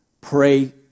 pray